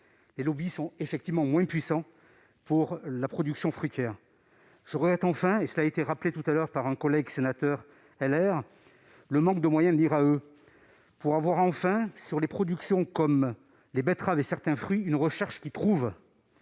Les lobbies sont effectivement moins puissants pour la production fruitière. Je regrette- cela a été rappelé par un collègue sénateur LR -le manque de moyens de l'Inrae afin d'avoir enfin, pour des productions comme les betteraves et certains fruits, une recherche qui trouve.